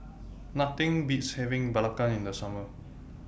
Nothing Beats having Belacan in The Summer